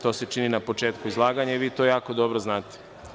To se čini na početku izlaganja i vi to jako dobro znate.